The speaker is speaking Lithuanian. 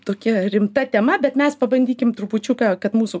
tokia rimta tema bet mes pabandykim trupučiuką kad mūsų